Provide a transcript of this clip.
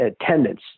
attendance